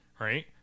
Right